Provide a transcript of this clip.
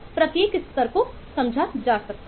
प्रत्येक स्तर को समझा जा सकता है